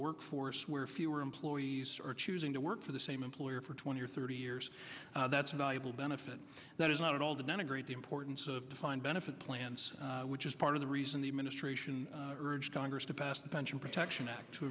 workforce where fewer employees are choosing to work for the same employer for twenty or thirty years that's a valuable benefit that is not at all to denigrate the importance of defined benefit plans which is part of the reason the administration urged congress to pass the pension protection act to